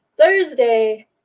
Thursday